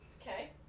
Okay